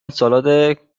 سالاد